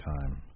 time